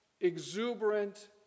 exuberant